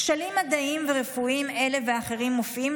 כשלים מדעיים ורפואיים אלה ואחרים מופיעים